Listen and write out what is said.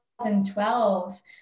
2012